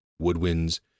woodwinds